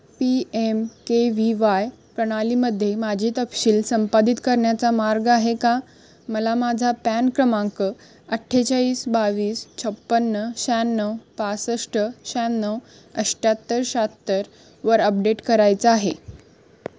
P M K V Y प्रणालीमध्ये माझे तपशील संपादित करण्याचा मार्ग आहे का मला माझा पॅन क्रमांक अठ्ठेचाळीस बावीस छप्पन्न शहाण्णव पासष्ट शहाण्णव अठ्याहत्तर शाहत्तरवर अपडेट करायचा आहे